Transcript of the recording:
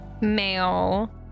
male